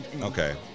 Okay